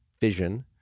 fission